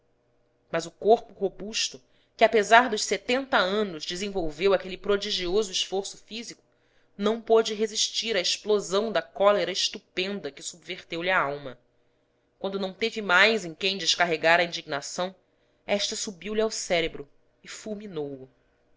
mas o corpo robusto que apesar dos setenta anos desenvolveu aquele prodigioso esforço físico não pôde resistir à explosão da cólera estupenda que subverteu lhe a alma quando não teve mais em quem descarregar a indignação esta subiu-lhe ao cérebro e fulminou o